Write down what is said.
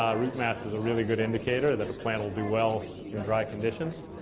root mass is a really good indicator that a plant will do well in dry conditions.